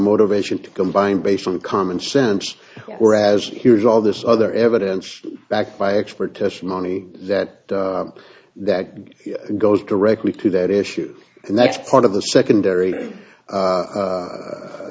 motivation to combine based on common sense whereas here's all this other evidence backed by expert testimony that that goes directly to that issue and that's part of the secondary